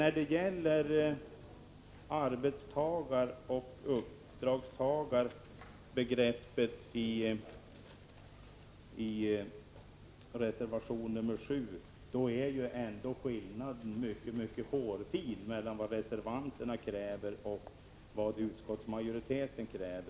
När det gäller arbetstagaroch uppdragstagarbegreppet som berörs i reservation 7 vill jag framhålla att skillnaden ändå är hårfin mellan 133 reservanternas och utskottsmajoritetens krav.